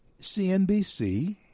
CNBC